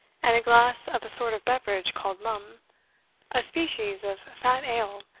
and a glass of a sort of beverage called mum a species of fat ale,